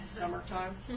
summertime